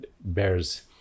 bears